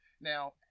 Now